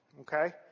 Okay